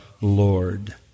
Lord